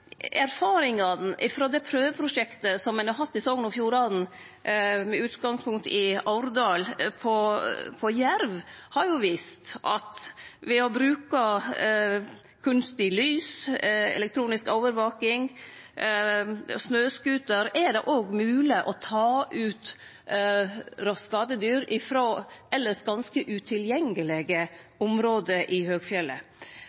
erfaringane frå det prøveprosjektet som ein har hatt i Sogn og Fjordane med jerv, med utgangspunkt i Årdal, har vist at ved å bruke kunstig lys, elektronisk overvaking og snøscooter er det òg mogleg å ta ut skadedyr frå elles ganske